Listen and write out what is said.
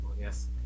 Yes